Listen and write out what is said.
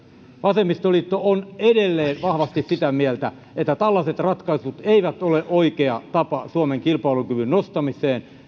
vasemmistoliitto on edelleen vahvasti sitä mieltä että tällaiset ratkaisut eivät ole oikea tapa suomen kilpailukyvyn nostamiseen